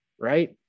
right